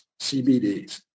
CBDs